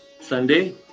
sunday